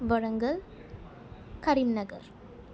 Warangal Karimnagar